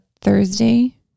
Thursday